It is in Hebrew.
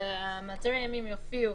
ש -- -יופיעו